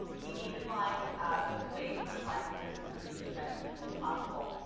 we need to find those ways and those languages to reach as many people as possible.